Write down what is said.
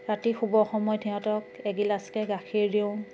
ৰাতি শুবৰ সময়ত সিহঁতক এগিলাচকে গাখীৰ দিওঁ